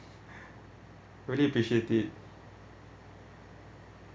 really appreciate it